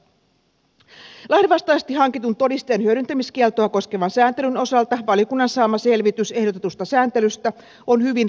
lainvastaisesti hankitun todisteen hyödyntämiskieltoa koskevan sääntelyn osalta valiokunnan saama selvitys ehdotetusta sääntelystä on hyvin ristiriitaista